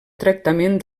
tractament